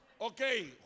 Okay